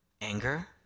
anger